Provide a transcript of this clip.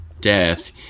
death